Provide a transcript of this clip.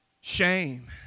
shame